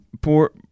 poor